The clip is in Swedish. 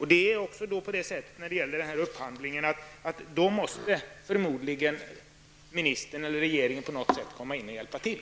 När det gäller frågan om upphandlingen är det förmodligen så att ministern eller regeringen i så fall på något sätt måste hjälpa till.